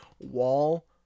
wall